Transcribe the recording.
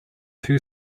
two